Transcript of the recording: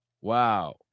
Wow